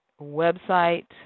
website